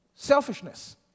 Selfishness